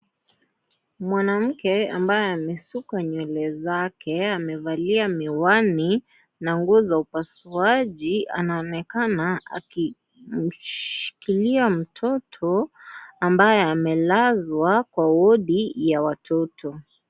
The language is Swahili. Mwanamke ambaye amesukwa nyele zake amevalia miwani na nguo za upasuaji anaonekana akimshikilia mtoto amelazwa kwa wodi ya watoto.